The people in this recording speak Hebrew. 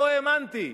לא האמנתי.